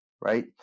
Right